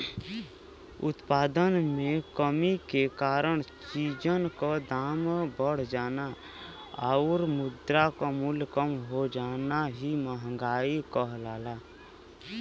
उत्पादन में कमी के कारण चीजन क दाम बढ़ जाना आउर मुद्रा क मूल्य कम हो जाना ही मंहगाई कहलाला